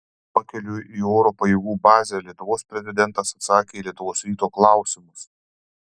pakeliui į oro pajėgų bazę lietuvos prezidentas atsakė į lietuvos ryto klausimus